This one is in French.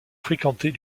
fréquentée